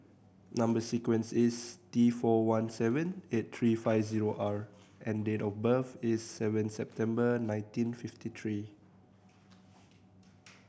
number sequence is T four one seven eight three five zero R and date of birth is seven September nineteen fifty three